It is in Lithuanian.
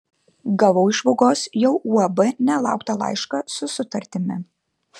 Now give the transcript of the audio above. gavau iš vagos jau uab nelauktą laišką su sutartimi